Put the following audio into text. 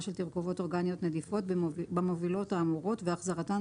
של תרכובות אורגניות נדיפות במובילות האמורות והחזרתן